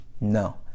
No